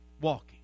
walking